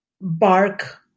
bark